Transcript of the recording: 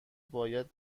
باید